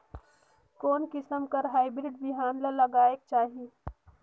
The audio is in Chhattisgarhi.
कोन किसम हाईब्रिड बिहान ला लगायेक चाही?